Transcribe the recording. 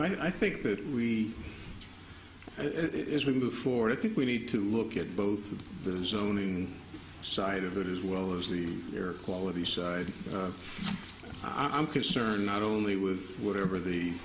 and i think that we if we move forward i think we need to look at both of those owning side of it as well as the air quality side i'm concerned not only with whatever the